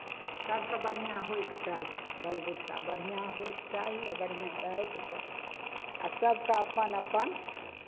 सभकेँ बढ़ियाँ होयके चाही बलबुता बढ़िआँ होयके चाही आ बढ़िआँ रहयके चाही आ सभके अपन अपन